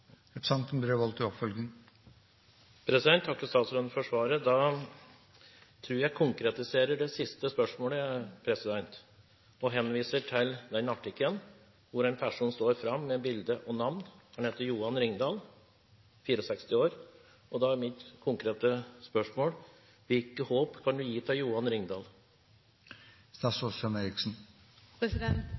takker statsråden for svaret. Jeg tror jeg konkretiserer det siste spørsmålet og henviser til denne artikkelen, hvor en person står fram med bilde og navn. Han heter Johan Ringdahl og er 64 år. Da er mitt konkrete spørsmål: Hvilket håp kan statsråden gi til Johan